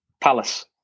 palace